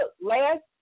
last